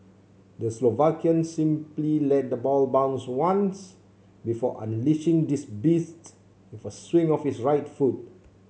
the Slovakian simply let the ball bounced once before unleashing this beast with a swing of his right foot